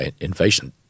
invasion